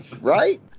Right